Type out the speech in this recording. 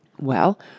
Well